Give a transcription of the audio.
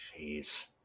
jeez